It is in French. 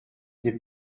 n’est